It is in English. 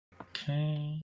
Okay